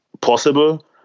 possible